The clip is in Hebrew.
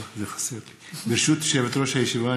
ברשות יושבת-ראש הישיבה,